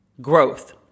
growth